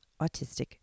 autistic